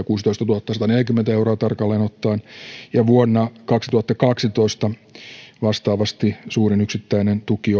kuusitoistatuhattasataneljäkymmentä euroa ja vuonna kaksituhattakaksitoista vastaavasti suurin yksittäinen tuki